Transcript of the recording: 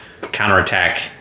counterattack